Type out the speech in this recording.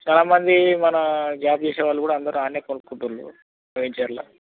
చాలామంది మన జాబ్ చేసే వాళ్ళు కూడా అందరు ఆడ కొనుకుంటుర్రు వెంచర్లు